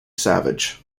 savage